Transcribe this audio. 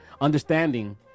Understanding